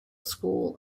school